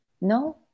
No